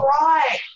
right